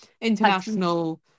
international